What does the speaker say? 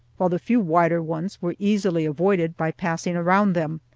while the few wider ones were easily avoided by passing around them,